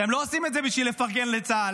הם לא עושים את זה בשביל לפרגן לצה"ל.